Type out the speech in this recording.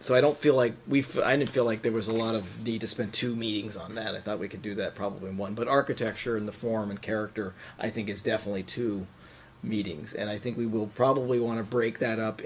so i don't feel like we feel i need feel like there was a lot of need to spend two meetings on that if we could do that probably in one but architecture in the form and character i think it's definitely two meetings and i think we will probably want to break that up